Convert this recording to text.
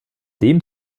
dem